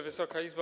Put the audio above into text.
Wysoka Izbo!